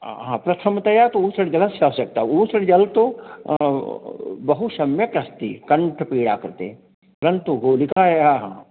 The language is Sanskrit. अ हा प्रथमतया तु उष्णजलस्य आवश्यकता उष्णजलं तु बहुसम्यक् अस्ति कण्ठपीडा कृते परन्तु गुलिकायाः